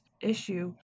issue